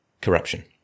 corruption